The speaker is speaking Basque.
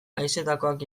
haizetakoak